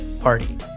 party